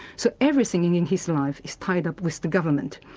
so everything in his life is tied up with the government.